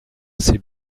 ses